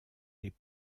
les